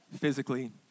physically